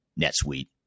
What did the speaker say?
NetSuite